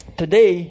today